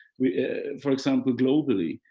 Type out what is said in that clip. for example globally.